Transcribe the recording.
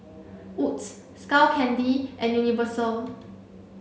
Wood's Skull Candy and Universal